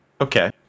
Okay